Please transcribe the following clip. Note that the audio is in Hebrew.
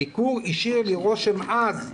הביקור הותיר בי רושם עז,